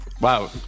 Wow